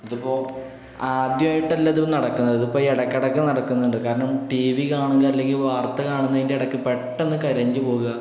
ഇതിപ്പോൾ ആദ്യമായിട്ടല്ല ഇത് നടക്കുന്നത് ഇത് ഇപ്പോൾ ഇടയ്ക്ക് ഇടയ്ക്ക് നടക്കുന്നുണ്ട് കാരണം ടി വി കാണുക അല്ലെങ്കിൽ വാർത്ത കാണുന്നതിൻ്റെ ഇടയ്ക്ക് പെട്ടെന്ന് കറണ്ട് പോകുക